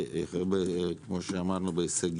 כמו שאמרנו בהישג